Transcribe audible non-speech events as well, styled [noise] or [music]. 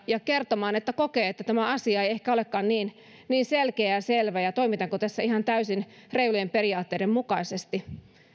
ja kertomaan että kokee että tämä asia ei ehkä olekaan niin [unintelligible] [unintelligible] [unintelligible] niin selkeä ja selvä ja pohtii toimitaanko tässä ihan täysin reilujen periaatteiden mukaisesti